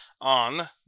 on